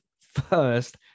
first